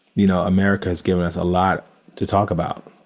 you know, america has given us a lot to talk about,